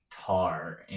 Tar